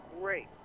great